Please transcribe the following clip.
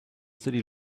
city